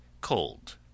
cold